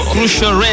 Crucial